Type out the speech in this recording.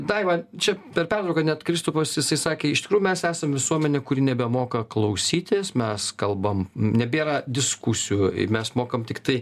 daiva čia per pertrauką net kristupas jisai sakė iš tikrųjų mes esam visuomenė kuri nebemoka klausytis mes kalbam nebėra diskusijų mes mokam tiktai